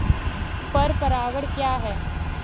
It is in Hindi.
पर परागण क्या है?